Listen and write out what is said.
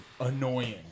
annoying